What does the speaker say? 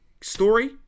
story